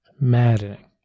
maddening